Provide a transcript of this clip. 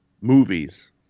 Movies